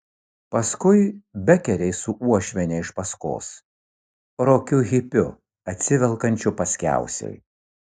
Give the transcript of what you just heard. paskui bekeriai su uošviene iš paskos rokiu hipiu atsivelkančiu paskiausiai